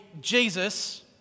Jesus